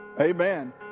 Amen